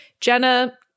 Jenna